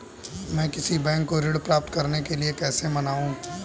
मैं किसी बैंक को ऋण प्राप्त करने के लिए कैसे मनाऊं?